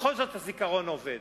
בכל זאת הזיכרון עובד.